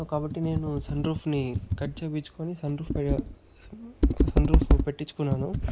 so కాబట్టి నేను sunroof ని కట్ చేపిచ్చుకొని సన్ రూఫ్ సన్ రూఫ్ పెటిచ్చుకున్నాను